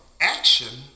action